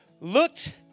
looked